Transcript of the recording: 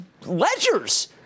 ledgers